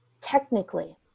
Technically